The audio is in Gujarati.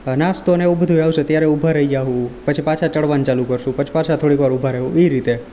નાસ્તોને એવું બધું આવશે ત્યારે ઊભા રહી જઈશું પછી પાછા ચડવાનું ચાલુ કરશું પછી પાછા થોડીક વાર ઊભા રહીએ એ રીતે